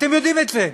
אתם יודעים את זה.